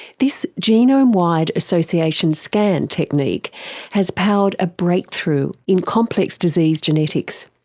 this genome wide association scan technique has powered a breakthrough in complex disease genetics.